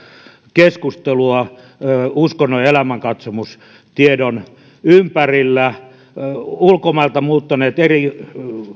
keskustelua uskonnon ja elämänkatsomustiedon ympärillä kun ulkomailta muuttaneet eri